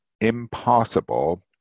impossible